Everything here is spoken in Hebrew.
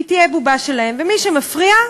והיא תהיה בובה שלהם, ומי שמפריע,